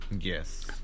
Yes